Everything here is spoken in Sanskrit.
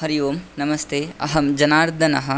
हरि ओम् नमस्ते अहं जनार्दनः